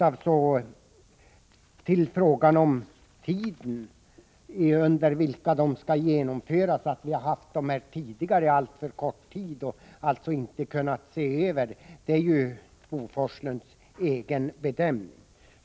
Att vi skulle ha haft skatten alltför kort tid och därför inte kunnat se över effekterna är Bo Forslunds egen bedömning.